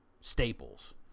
staples